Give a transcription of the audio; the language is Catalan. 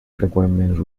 freqüentment